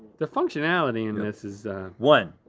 the functionality in this is one,